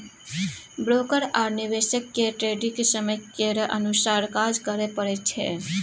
broker आ निवेशक केँ ट्रेडिग समय केर अनुसार काज करय परय छै